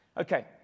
Okay